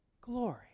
glory